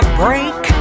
break